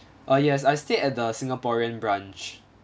uh yes I stayed at the singaporean branch